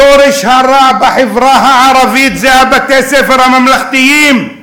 שורש הרע בחברה הערבית זה בתי-הספר הממלכתיים.